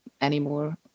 anymore